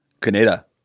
canada